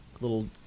Little